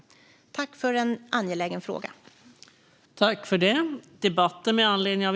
Jag tackar för en angelägen interpellation.